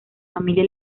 familia